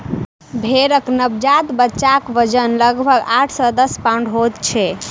भेंड़क नवजात बच्चाक वजन लगभग आठ सॅ दस पाउण्ड होइत छै